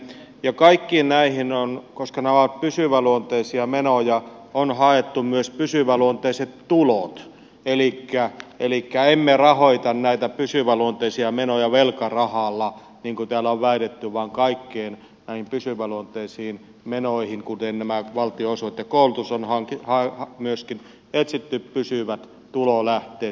ja kaikkiin näihin koska nämä ovat pysyväluonteisia menoja on haettu myös pysyväluonteiset tulot elikkä emme rahoita näitä pysyväluonteisia menoja velkarahalla niin kuin täällä on väitetty vaan kaikkiin näihin pysyväluonteisiin menoihin kuten nämä valtionosuudet ja koulutus on myöskin etsitty pysyvät tulolähteet